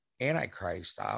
Antichrist